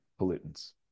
pollutants